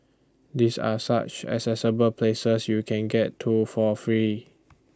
these are such accessible places you can get to for free